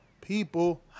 People